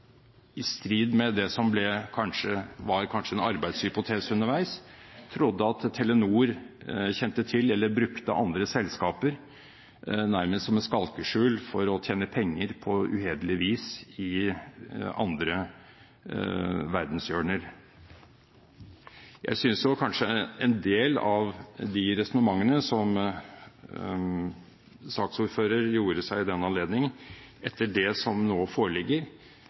i strid med det som kanskje var en arbeidshypotese underveis, der man trodde at Telenor kjente til eller brukte andre selskaper nærmest som et skalkeskjul for å tjene penger på uhederlig vis i andre verdenshjørner. Jeg synes en del av de resonnementene som saksordfører gjorde seg i den anledning, etter det som nå foreligger,